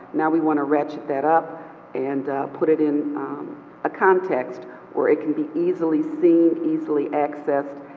now we want to ratchet that up and put it in a context where it can be easily seen, easily accessed,